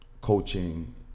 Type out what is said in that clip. coaching